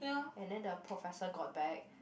and then the professor got back